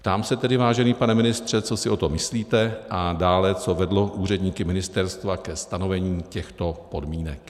Ptám se tedy, vážený pane ministře, co si o tom myslíte, a dále, co vedlo úředníky ministerstva ke stanovení těchto podmínek.